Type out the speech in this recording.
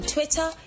Twitter